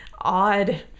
odd